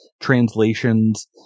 translations